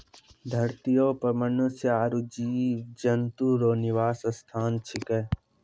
धरतीये पर मनुष्य आरु जीव जन्तु रो निवास स्थान छिकै